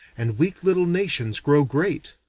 and weak little nations grow great.